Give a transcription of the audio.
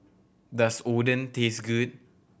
does Oden taste good